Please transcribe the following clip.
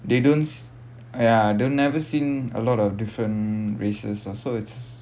they don't ya they have never seen a lot of different races lah so it's